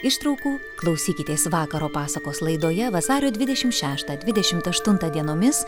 ištraukų klausykitės vakaro pasakos laidoje vasario dvidešimt šeštą dvidešimt aštuntą dienomis